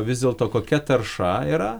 vis dėlto kokia tarša yra